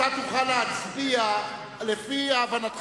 אתה תוכל להצביע לפי הבנתך.